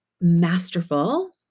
masterful